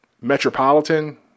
metropolitan